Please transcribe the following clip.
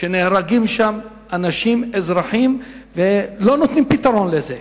שנהרגים שם אזרחים, ולא נותנים פתרון לזה.